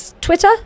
Twitter